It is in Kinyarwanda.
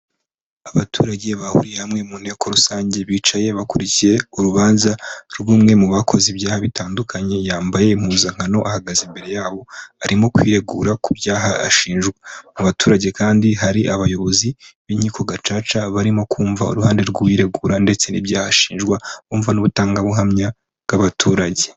Abaturage bahuriye hamwe mu nteko rusange bicaye bakurikiye urubanza rw'umwe mu bakoze ibyaha bitandukanye yambaye impuzankano ahagaze imbere yabo, arimo kwiregura ku byaha ashinjwa, mu baturage kandi hari abayobozi b'inkiko gacaca barimo kumva uruhande rw'uregura ndetse n'ibyashinjwa bumva n'butangabuhamya bw'abaturage.